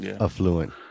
Affluent